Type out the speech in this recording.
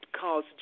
cause